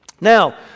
Now